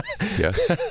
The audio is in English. Yes